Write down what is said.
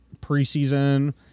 preseason